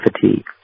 fatigue